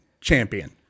champion